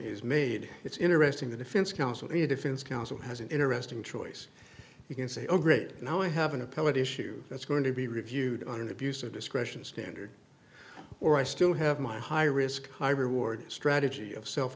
is made it's interesting the defense counsel the defense counsel has an interesting choice you can say oh great now i have an appellate issue that's going to be reviewed on an abuse of discretion standard or i still have my high risk high reward strategy of self